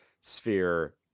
sphere